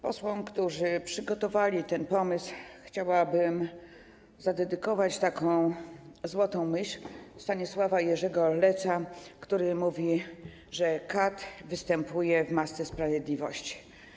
Posłom, którzy przygotowali ten pomysł, chciałabym zadedykować złotą myśl Stanisława Jerzego Leca, który mówi, że kat występuje w masce sprawiedliwości.